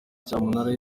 cyamunara